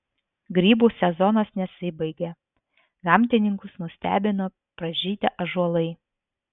grybų sezonas nesibaigia gamtininkus nustebino pražydę ąžuolai